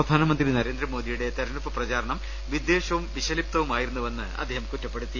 പ്രധാനമന്ത്രി നരേന്ദ്രമോദിയുടെ തെരഞ്ഞെടുപ്പ് പ്രചാ രണം വിദ്ധേഷവും വിഷലിപ്തവുമായിരുന്നുവെന്ന് അദ്ദേഹം കുറ്റപ്പെടുത്തി